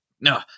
no